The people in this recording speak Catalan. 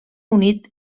unit